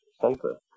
safer